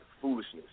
foolishness